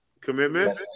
Commitment